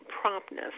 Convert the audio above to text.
promptness